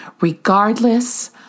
regardless